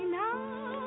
now